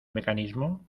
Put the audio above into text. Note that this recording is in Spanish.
mecanismo